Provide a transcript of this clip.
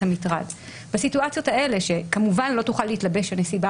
המטרד בסיטואציות האלה שכמובן לא תוכל להתלבש הנסיבה